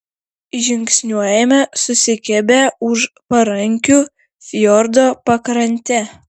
žingsniuojame susikibę už parankių fjordo pakrante